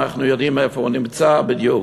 אנחנו יודעים איפה הוא נמצא בדיוק.